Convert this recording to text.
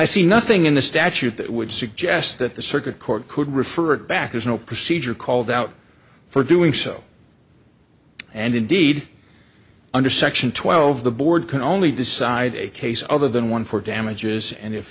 i see nothing in the statute that would suggest that the circuit court could refer it back is no procedure called out for doing so and indeed under section twelve the board can only decide a case other than one for damages and if